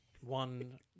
one